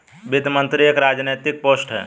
वित्त मंत्री एक राजनैतिक पोस्ट है